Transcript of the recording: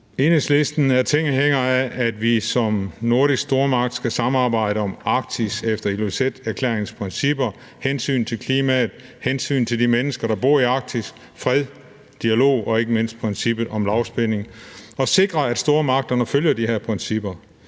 Enhedslisten er tilhænger af, at vi som nordisk stormagt skal samarbejde om Arktis efter Ilulissaterklæringens principper: hensynet til klimaet, hensynet til de mennesker, der bor i Arktis, fred, dialog og ikke mindst princippet om lavspænding. Og vi skal sikre, at stormagterne følger de her principper.